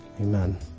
Amen